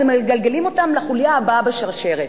אז הם מגלגלים אותן לחוליה הבאה בשרשרת,